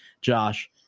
Josh